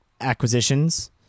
acquisitions